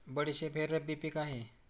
बडीशेप हे रब्बी पिक आहे